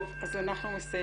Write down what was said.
טוב, אנחנו מסיימים.